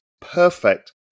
perfect